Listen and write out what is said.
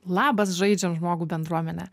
labas žaidžiam žmogų bendruomenę